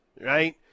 right